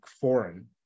foreign